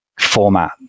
format